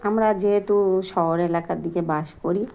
আমরা যেহেতু শহর এলাকার দিকে বাস করি